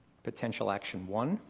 potential action one,